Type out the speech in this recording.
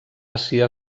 àsia